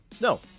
No